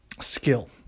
skill